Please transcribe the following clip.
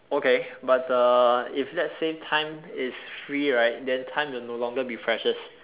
okay but the if let's say time is free right then time will no longer be precious